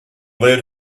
lead